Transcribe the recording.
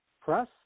Press